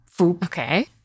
Okay